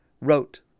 wrote